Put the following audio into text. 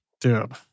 Dude